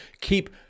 keep